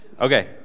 Okay